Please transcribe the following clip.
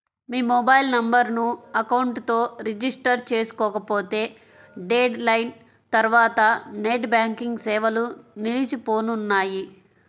మీ mobile నెంబర్ను account తో register చేసుకోకపోతే డెడ్ లైన్ తర్వాత నెట్ బ్యాంకింగ్ సేవలు నిలిచిపోనున్నాయి